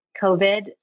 COVID